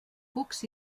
cucs